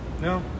No